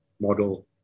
model